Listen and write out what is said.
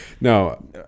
no